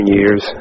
years